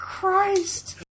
Christ